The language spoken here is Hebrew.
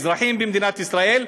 אזרחים במדינת ישראל,